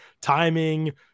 timing